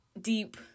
deep